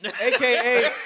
AKA